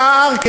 שער,